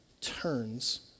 turns